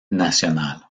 nacional